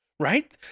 Right